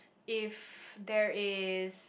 if there is